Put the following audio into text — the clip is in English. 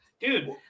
dude